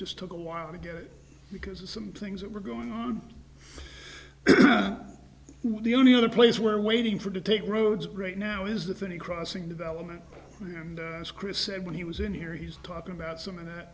just took a while to get it because of some things that were going on the only other place where waiting for to take roads great now is that any crossing development and as chris said when he was in here he's talking about some of that